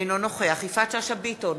אינו נוכח יפעת שאשא ביטון,